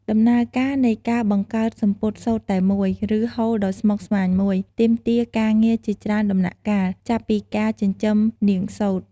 ដំណើរការនៃការបង្កើតសំពត់សូត្រតែមួយ ឬហូលដ៏ស្មុគស្មាញមួយ ទាមទារការងារជាច្រើនដំណាក់កាល ចាប់ពីការចិញ្ចឹមនាងសូត្រ។